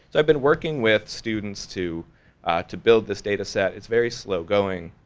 i've been working with students to to build this data set it's very slow going.